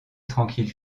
tranquille